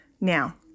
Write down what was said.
Now